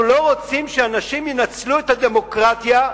אנחנו לא רוצים שאנשים ינצלו את הדמוקרטיה,